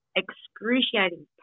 excruciating